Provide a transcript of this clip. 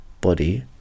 body